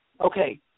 Okay